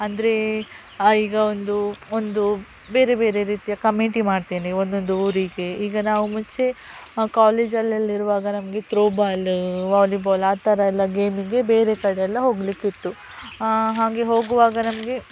ಅಂದರೆ ಈಗ ಒಂದು ಒಂದು ಬೇರೆ ಬೇರೆ ರೀತಿಯ ಕಮಿಟಿ ಮಾಡ್ತೇನೆ ಒಂದೊಂದು ಊರಿಗೆ ಈಗ ನಾವು ಮುಂಚೆ ಕಾಲೇಜಲ್ಲೆಲ್ಲ ಇರುವಾಗ ನಮಗೆ ತ್ರೋಬಾಲು ವಾಲಿಬಾಲ್ ಆ ಥರ ಎಲ್ಲ ಗೇಮಿಗೆ ಬೇರೆ ಕಡೆಯೆಲ್ಲ ಹೋಗಲಿಕ್ಕಿತ್ತು ಹಾಗೆ ಹೋಗುವಾಗ ನಮಗೆ